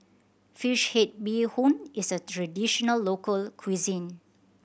fish head bee hoon is a traditional local cuisine